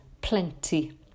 plenty